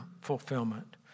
fulfillment